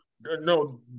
No